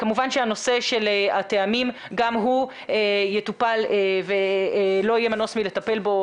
כמובן שהנושא של הטעמים גם הוא יטופל ולא יהיה מנוס מלטפל בו,